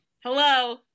hello